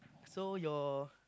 so your